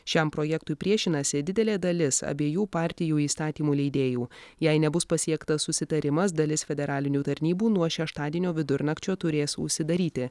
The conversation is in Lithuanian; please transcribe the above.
šiam projektui priešinasi didelė dalis abiejų partijų įstatymų leidėjų jei nebus pasiektas susitarimas dalis federalinių tarnybų nuo šeštadienio vidurnakčio turės užsidaryti